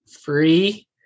free